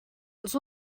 els